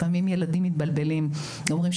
לפעמים ילדים מתבלבלים ואומרים,